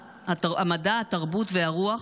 התרבות והרוח,